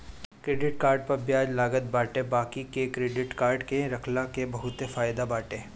credit card पअ बियाज लागत बाटे बाकी क्क्रेडिट कार्ड के रखला के बहुते फायदा बाटे